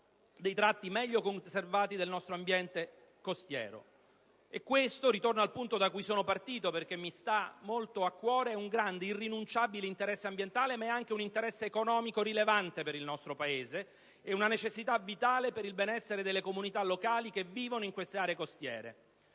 dei tratti meglio conservati del nostro ambiente costiero. Questo - ritorno al punto da cui sono partito, perché mi sta molto a cuore - è un grande, irrinunciabile interesse ambientale, ma è anche un interesse economico rilevante per il nostro Paese e una necessità vitale per il benessere delle comunità locali che vivono in queste aree costiere.